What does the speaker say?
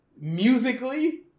musically